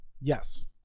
Yes